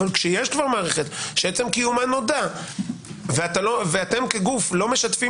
אבל כשיש מערכת שעצם קיומה נודע ואתם כגוף לא משתפים